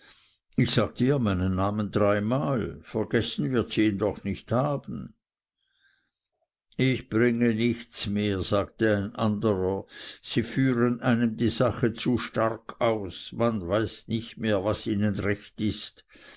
ich sagte ihr meinen namen dreimal vergessen wird sie ihn doch nicht haben ich bringe nichts mehr sagte ein anderer sie führen einem die sache zu stark aus man weiß nicht mehr was ihnen recht ist